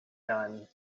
done